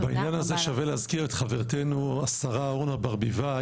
בעניין הזה שווה להזכיר את חברתנו השרה אורנה ברביבאי,